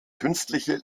künstliche